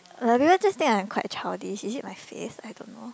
like people just think I am quite childish is it my face I don't know